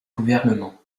gouvernement